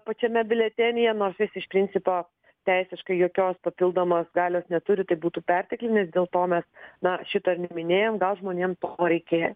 pačiame biuletenyje nors jis iš principo teisiškai jokios papildomos galios neturi tai būtų perteklinis dėl to mes na šito ir neminėjom gal žmonėm to reikėjo